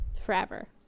forever